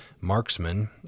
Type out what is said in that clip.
marksman